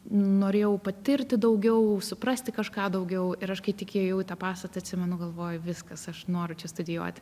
norėjau patirti daugiau suprasti kažką daugiau ir aš kai tik įėjau į tą pastatą atsimenu galvoju viskas aš noriu čia studijuoti